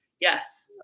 Yes